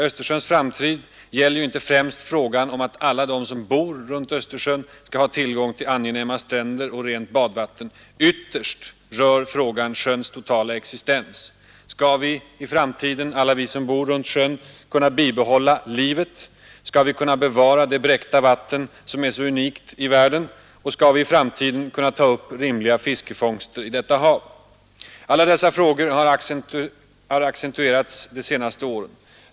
Östersjöns framtid gäller inte främst frågan om att alla de som bor runt Östersjön skall ha tillgång till angenäma stränder och rent badvatten. Ytterst rör frågan sjöns totala existens. Skall vi som bor runt sjön i framtiden kunna bibehålla livet i Östersjön? Skall vi kunna bevara det bräckta vatten som är så unikt i världen? Skall vi i framtiden kunna ta upp rimliga fiskefångster ur detta hav? Alla dessa frågor har accentuerats de senaste åren.